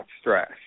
stress